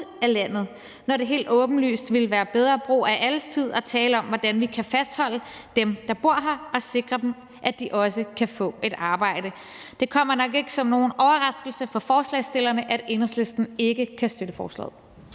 af landet, når det helt åbenlyst ville være bedre brug af alles tid at tale om, hvordan vi kan fastholde dem, der bor her, og sikre dem, at de også kan få et arbejde. Det kommer nok ikke som nogen overraskelse for forslagsstillerne, at Enhedslisten ikke kan støtte forslaget.